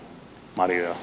marja